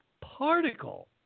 particle